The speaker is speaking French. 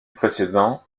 précédent